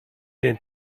den